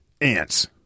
ANTS